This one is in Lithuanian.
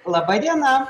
laba diena